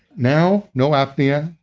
now, no apnea,